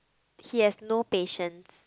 he has no patience